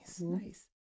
Nice